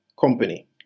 company